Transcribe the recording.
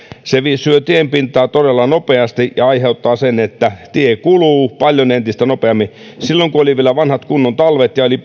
se syö tienpintaa todella nopeasti ja aiheuttaa sen että tie kuluu entistä paljon nopeammin silloinhan kun oli vielä vanhat kunnon talvet ja oli